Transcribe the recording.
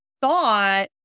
thought